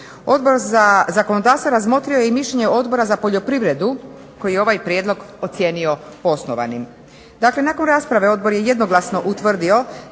Odbor za zakonodavstvo razmotrio je i mišljenje Odbora za poljoprivredu koji je ovaj prijedlog ocijenio osnovanim. Dakle, nakon rasprava Odbor je jednoglasno utvrdio